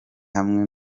hamwe